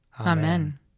Amen